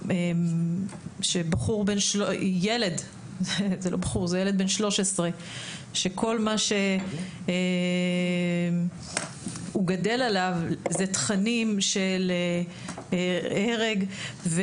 שילד בן 13 שכל מה שהוא גדל עליו זה תכנים של הרג.